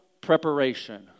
preparation